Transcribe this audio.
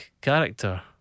character